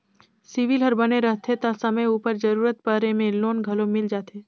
CIBIL हर बने रहथे ता समे उपर जरूरत परे में लोन घलो मिल जाथे